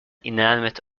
inanimate